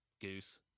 goose